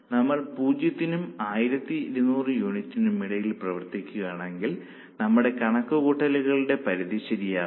നമ്മൾ 0 ത്തിനും 1200 യൂണിറ്റിനും Unit's ഇടയിൽ പ്രവർത്തിക്കുകയാണെങ്കിൽ നമ്മുടെ കണക്കുകൂട്ടലുകളുടെ പരിധി ശരിയാകാം